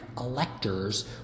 electors